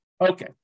Okay